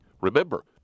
Remember